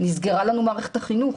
נסגרה לנו מערכת החינוך.